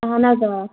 اَہَن حظ اۭں